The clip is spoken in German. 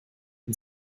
von